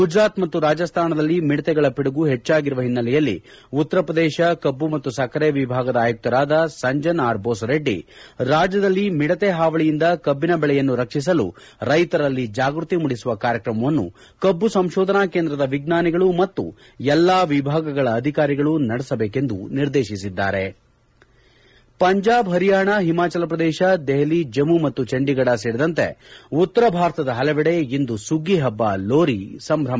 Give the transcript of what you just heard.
ಗುಜರಾತ್ ಮತ್ತು ರಾಜಸ್ತಾನದಲ್ಲಿ ಮಿಡಿತೆಗಳ ಪಿಡುಗು ಹೆಚ್ಚಾಗಿರುವ ಹಿನ್ನೆಲೆಯಲ್ಲಿ ಉತ್ತರ ಪ್ರದೇಶ ಕಬ್ಲು ಮತ್ತು ಸಕ್ಕರೆ ವಿಭಾಗದ ಆಯುಕ್ತರಾದ ಸಂಜಯ್ ಆರ್ ಭೂಸರೆಡ್ಡಿ ರಾಜ್ಯದಲ್ಲಿ ಮಿಡಿತೆ ಹಾವಳಿಯಿಂದ ಕಭ್ವಿನ ಬೆಳೆಯನ್ನು ರಕ್ಷಿಸಲು ರೈತರಲ್ಲಿ ಜಾಗೃತಿ ಮೂಡಿಸುವ ಕಾರ್ಯಕ್ರಮವನ್ನು ಕಬ್ಬು ಸಂಶೋಧನ ಕೇಂದ್ರದ ವಿಜ್ವಾನಿಗಳು ಮತ್ತು ಎಲ್ಲ ವಿಭಾಗಗಳ ಅಧಿಕಾರಿಗಳು ನಡೆಸಬೇಕೆಂದು ನಿರ್ದೇಶಿಸಿದ್ದಾರೆ ಪಂಜಾಬ್ ಪರಿಯಾಣ ಹಿಮಾಚಲ ಪ್ರದೇಶ ದೆಹಲಿ ಜಮ್ನು ಮತ್ತು ಚಂಡೀಗಢ ಸೇರಿದಂತೆ ಉತ್ತರ ಭಾರತದ ಹಲವೆಡೆ ಇಂದು ಸುಗ್ಗಿ ಹಬ್ಬ ಲೋರಿ ಸಂಭ್ರಮ